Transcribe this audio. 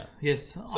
yes